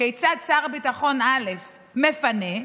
כיצד שר הביטחון א' מפנה,